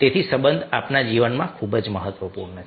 તેથી સંબંધ આપણા જીવનમાં ખૂબ જ મહત્વપૂર્ણ છે